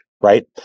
right